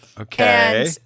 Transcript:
Okay